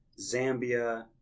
Zambia